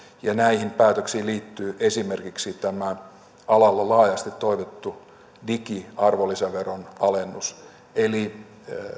ja näihin päätöksiin liittyy esimerkiksi tämä alalla laajasti toivottu digiarvonlisäveron alennus eli